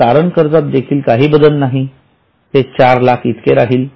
तारण कर्जात देखील काही बदल नाही ते ४००००० इतके राहील